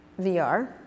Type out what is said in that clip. VR